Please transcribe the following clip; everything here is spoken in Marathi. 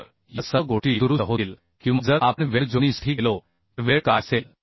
तर या सर्व गोष्टी दुरुस्त होतील किंवा जर आपण वेल्ड जोडणीसाठी गेलो तर वेल्ड काय असेल